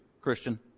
Christian